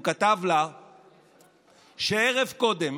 הוא כתב לה שערב קודם